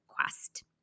quest